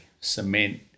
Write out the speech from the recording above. cement